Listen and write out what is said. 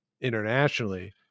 internationally